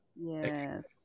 yes